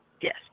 Yes